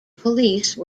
police